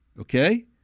Okay